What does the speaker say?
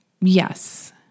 Yes